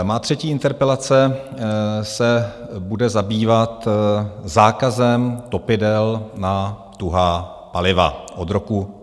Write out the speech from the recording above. Má třetí interpelace se bude zabývat zákazem topidel na tuhá paliva od roku 2025.